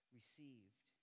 received